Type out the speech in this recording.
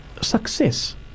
success